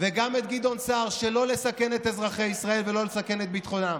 וגם את גדעון סער שלא לסכן את אזרחי ישראל ולא לסכן את ביטחונם,